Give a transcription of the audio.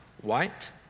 white